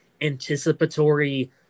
anticipatory